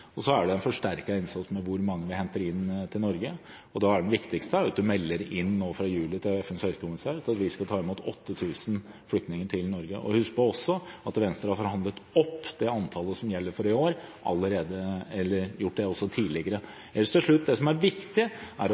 er en forsterket innsats med tanke på hvor mange vi henter inn til Norge. Det viktigste er at man melder inn til FNs høykommissær at vi skal ta imot 8 000 flyktninger til Norge. Men vi må også huske på at Venstre har forhandlet opp det antallet som gjelder for i år – og har også gjort det tidligere. Til slutt: Det som er viktig, er